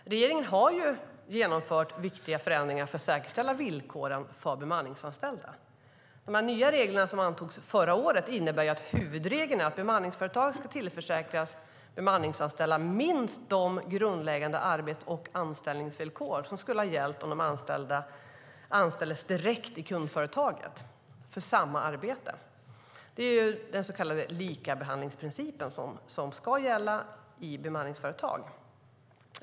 Regeringen har genomfört viktiga förändringar för att säkerställa villkoren för bemanningsanställda. De nya reglerna som antogs förra året innebär att huvudregeln är att bemanningsföretag ska tillförsäkra bemanningsanställda minst de grundläggande arbets och anställningsvillkor som skulle ha gällt om de anställda anställdes direkt i kundföretaget för att utföra samma arbete. Det är den så kallade likabehandlingsprincipen som ska gälla i bemanningsföretag.